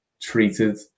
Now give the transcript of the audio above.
treated